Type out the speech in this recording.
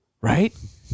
Right